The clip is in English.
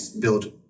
build